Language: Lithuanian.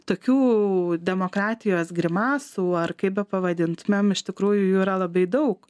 tokių demokratijos grimasų ar kaip bepavadintumėm iš tikrųjų jų yra labai daug